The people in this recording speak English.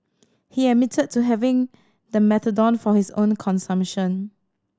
he admitted to having the methadone for his own consumption